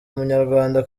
munyarwanda